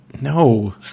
No